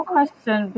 question